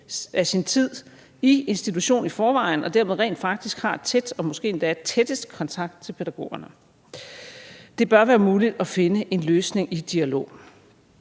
af sin tid i institution i forvejen og dermed rent faktisk har et tæt og måske endda tættest kontakt til pædagogerne. Det bør være muligt at finde en løsning i dialog.